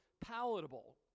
palatable